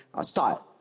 start